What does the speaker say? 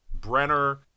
Brenner